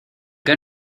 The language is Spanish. que